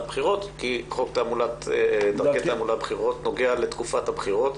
בחירות כי חוק תעמולת בחירות (דרכי תעמולה) נוגע לתקופת הבחירות.